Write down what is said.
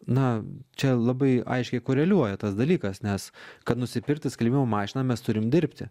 na čia labai aiškiai koreliuoja tas dalykas nes kad nusipirkti skalbimo mašiną mes turim dirbti